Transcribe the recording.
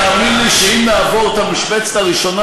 תאמין לי שאם נעבור את המשבצת הראשונה,